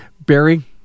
barry